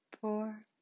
four